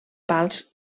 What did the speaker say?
pals